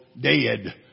dead